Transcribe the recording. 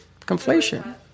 Conflation